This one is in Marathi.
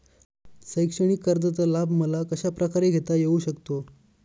शैक्षणिक कर्जाचा लाभ मला कशाप्रकारे घेता येऊ शकतो?